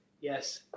yes